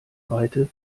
weite